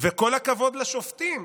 וכל הכבוד לשופטים,